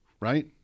right